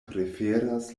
preferas